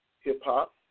hip-hop